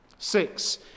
Six